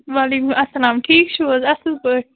وعلیکُم اَسلام ٹھیٖک چھِو حظ اَصٕل پٲٹھۍ